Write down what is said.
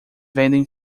vendem